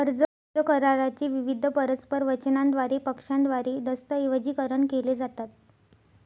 कर्ज करारा चे विविध परस्पर वचनांद्वारे पक्षांद्वारे दस्तऐवजीकरण केले जातात